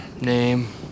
Name